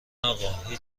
اقا، هیچ